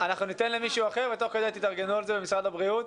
ניתן למישהו אחר ותוך כדי הדיון תתארגנו על זה במשרד הבריאות.